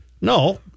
No